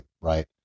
right